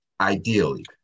ideally